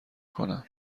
کنم